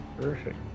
Perfect